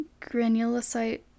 Granulocyte